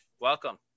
Welcome